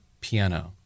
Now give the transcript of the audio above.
piano